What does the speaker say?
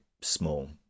small